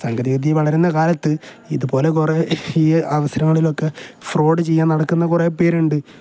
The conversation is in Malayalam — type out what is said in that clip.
സങ്കേതിക വിദ്യ വളരുന്ന കാലത്ത് ഇതുപോലെ കുറേ ഈ അവസരങ്ങളിലൊക്കെ ഫ്രോഡ് ചെയ്യാൻ നടക്കുന്ന കുറേ പേരുണ്ട്